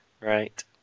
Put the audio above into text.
Right